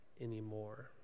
anymore